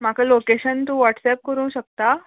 म्हाका लोकेशन तूं वॉट्सॅप करूंक शकता